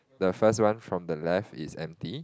the first one from the left is empty